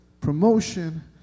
Promotion